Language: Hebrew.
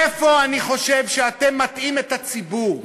איפה אני חושב שאתם מטעים את הציבור?